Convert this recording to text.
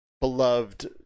beloved